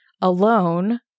alone